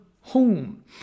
home